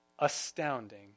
astounding